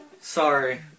Sorry